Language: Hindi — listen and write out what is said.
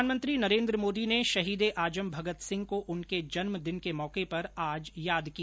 प्रधानमंत्री नरेंद्र मोदी ने शहीद ए आजम भगत सिंह को उनके जन्मदिन के मौके पर आज याद किया